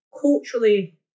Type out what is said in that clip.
culturally